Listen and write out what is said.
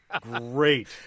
great